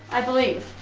i believe.